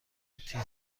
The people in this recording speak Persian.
تیتر